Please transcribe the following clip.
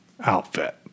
outfit